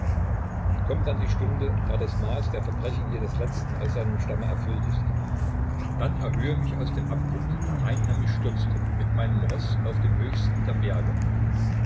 kommt dann die stunde da das maß der verbrechen jenes letzten aus seinem stamme erfüllt ist herr dann erhöhe mich aus dem abgrund darein er mich stürzte mit meinem roß auf den höchsten der berge